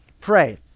pray